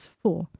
four